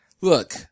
Look